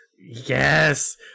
yes